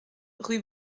rue